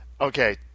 okay